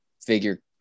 figure